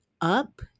up